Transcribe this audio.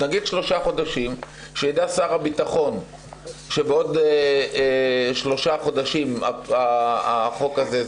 נגיד שלושה חודשים ויידע שר הביטחון שבעוד שלושה חודשים מסתיים התוקף.